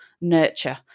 nurture